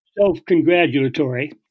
self-congratulatory